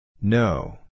No